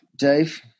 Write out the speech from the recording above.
Dave